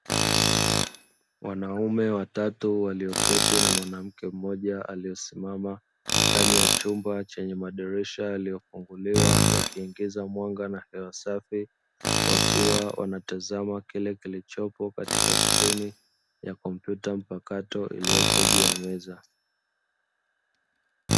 Wanaume watatu walioketi na mwanamke mmoja aliosimama ndani ya chumba chenye madirisha yaliyofunguliwa, yakiingiza mwanga na hewa safi wakiwa wanatazama kile kilichopo katika sklini ya kompyuta mpakato iliyopo juu ya meza.